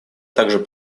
также